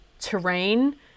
terrain